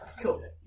Cool